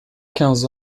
quinze